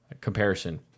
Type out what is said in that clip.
comparison